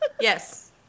Yes